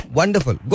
Wonderful